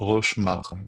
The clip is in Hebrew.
ראש מחק